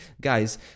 guys